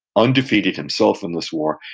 undefeated himself in this war,